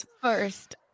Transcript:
first –